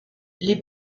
les